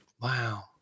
Wow